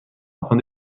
afin